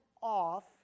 off